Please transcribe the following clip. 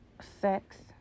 sex